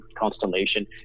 Constellation